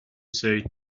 said